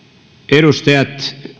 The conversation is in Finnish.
edustajat